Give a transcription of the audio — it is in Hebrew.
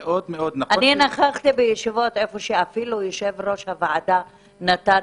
נכחתי בישיבות אפילו איפה שיושב-ראש הוועדה נתן